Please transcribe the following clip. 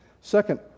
Second